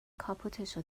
کاپوتشو